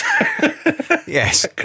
Yes